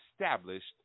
established